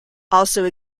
also